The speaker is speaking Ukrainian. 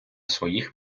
своїх